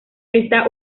esta